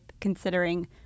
considering